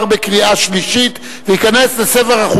נתקבל.